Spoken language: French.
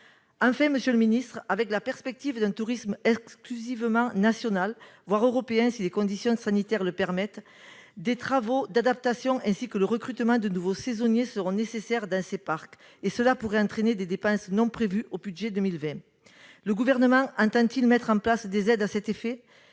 régionaux. Enfin, avec la perspective d'un tourisme exclusivement national, voire européen si les conditions sanitaires le permettent, des travaux d'adaptation ainsi que le recrutement de nouveaux saisonniers seront nécessaires dans ces parcs, ce qui pourrait entraîner des dépenses non prévues au budget 2020. Le Gouvernement entend-il mettre en place des aides à cet effet ?